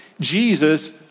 Jesus